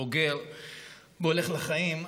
בוגר שהולך לחיים,